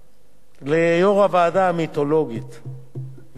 ליושבת-ראש הוועדה המיתולוגית וילמה מאור